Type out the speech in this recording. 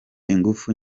ingufu